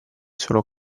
solo